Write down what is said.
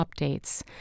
updates